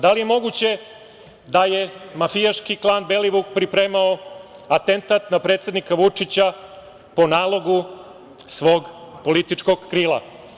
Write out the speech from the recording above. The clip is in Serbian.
Da li je moguće da je mafijaški klan „Belivuk“ pripremao atentat na predsednika Vučića po nalogu svog političkog krila?